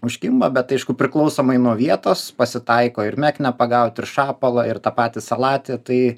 užkimba bet aišku priklausomai nuo vietos pasitaiko ir meknę pagauti ir šapalą ir tą patį salatį tai